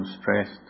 stressed